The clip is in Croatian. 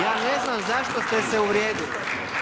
Ja ne znam zašto ste se uvrijedili.